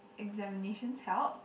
examinations help